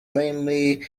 mainly